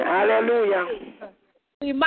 Hallelujah